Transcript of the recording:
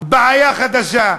בעיה חדשה.